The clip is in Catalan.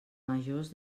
majors